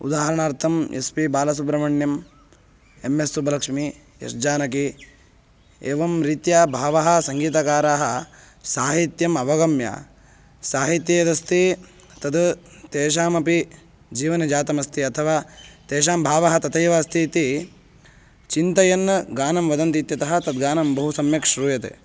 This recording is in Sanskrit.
उदाहरणार्थम् S P Balasubrahmanyam M S Subbulakshmi S Janaki एवं रीत्या बहवः सङ्गीतकाराः साहित्यम् अवगम्य साहित्ये यदस्ति तत् तेषामपि जीवने जातमस्ति अथवा तेषां भावः तथैव अस्ति इति चिन्तयन् गानं वदन्ति इत्यतः तत् गानं बहु सम्यक् श्रूयते